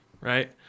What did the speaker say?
right